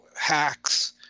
hacks